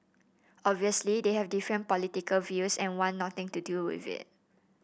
obviously they have different political views and want nothing to do with it